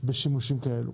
בשימושים כאלה.